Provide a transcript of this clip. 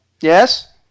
Yes